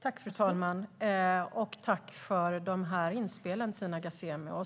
Fru talman! Tack, Tina Ghasemi, för de här inspelen!